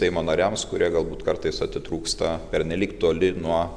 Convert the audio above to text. seimo nariams kurie galbūt kartais atitrūksta pernelyg toli nuo